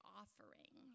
offering